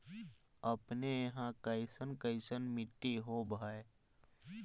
अपने यहाँ कैसन कैसन मिट्टी होब है?